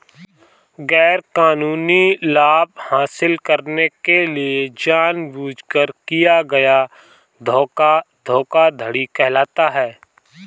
गैरकानूनी लाभ हासिल करने के लिए जानबूझकर किया गया धोखा धोखाधड़ी कहलाता है